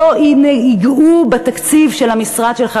לא ייגעו בתקציב של המשרד שלך,